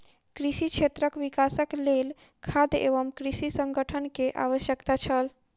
कृषि क्षेत्रक विकासक लेल खाद्य एवं कृषि संगठन के आवश्यकता छल